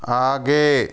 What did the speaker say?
आगे